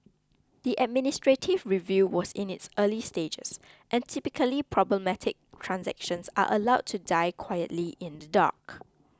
the administrative review was in its early stages and typically problematic transactions are allowed to die quietly in the dark